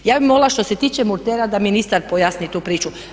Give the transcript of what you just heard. Ja bih molila što se tiče Murtera da ministar pojasni tu priču.